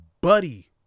buddy